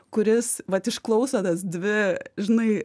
kuris vat išklauso tas dvi žinai